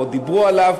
או דיברו עליו,